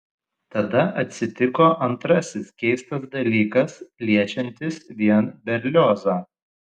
tada atsitiko antrasis keistas dalykas liečiantis vien berliozą